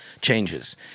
changes